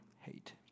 hate